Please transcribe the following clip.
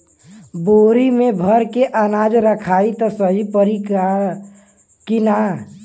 बोरी में भर के अनाज रखायी त सही परी की ना?